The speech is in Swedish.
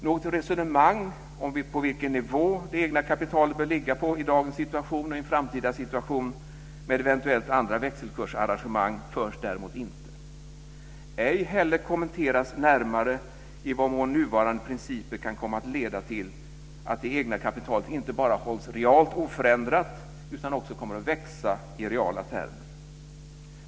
Något resonemang om på vilken nivå det egna kapitalet bör ligga på i dagens situation och i en framtida situation med eventuellt andra växelkursarrangemang förs däremot inte. Ej heller kommenteras närmare i vad mån nuvarande principer kan komma att leda till att det egna kapitalet inte vara hålls realt oförändrat utan också kommer att växa i reala termer.